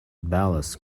ballast